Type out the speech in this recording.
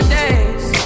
days